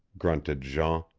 grunted jean.